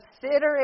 Consider